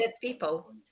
people